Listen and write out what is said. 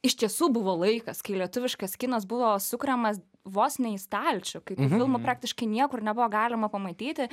iš tiesų buvo laikas kai lietuviškas kinas buvo sukuriamas vos ne į stalčių kaip filmo praktiškai niekur nebuvo galima pamatyti